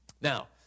Now